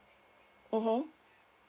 mmhmm